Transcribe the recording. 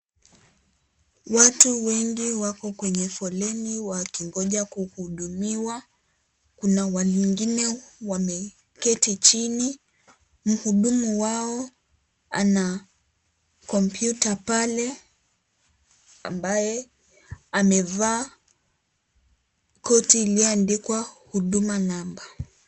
Watu wengi wake kwenye foleni wakingoja kuhudumiwa. Kuna walingine wameketi chini. Mhudumu wao ana kompyuta pale ambaye amevaa koti iliyoandikwa, huduma namba.